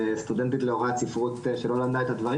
כסטודנטית להוראת ספרות שלא למדה את הדברים